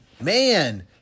Man